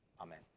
Amen